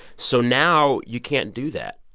so now you can't do that.